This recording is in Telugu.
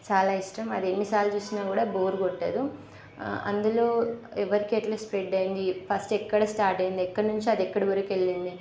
చాలా ఇష్టం అది ఎన్నిసార్లు చూసినా కూడా బోర్ కొట్టదు అందులో ఎవరికీ ఎలా స్ప్రెడ్ అయింది ఫస్ట్ ఎక్కడ స్టార్ట్ అయింది ఎక్కడ నుంచి అది ఎక్కడి వరకు వెళ్ళింది